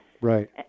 right